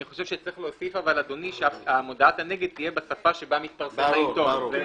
אני חושב שצריך להוסיף שמודעת הנגד תהיה בשפה שבה מתפרסם העיתון.